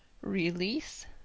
Release